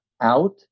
out